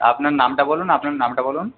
আপনার নামটা বলুন আপনার নামটা বলুন